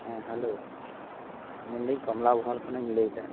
ᱦᱮᱸ ᱦᱮᱞᱳ ᱢᱮᱱᱫᱟᱹᱧ ᱠᱚᱢᱞᱟᱵᱷᱚᱞ ᱠᱷᱚᱱᱤᱧ ᱞᱟᱹᱭ ᱮᱫᱟ